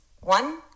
one